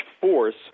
force